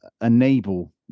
enable